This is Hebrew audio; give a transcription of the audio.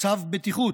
צו בטיחות,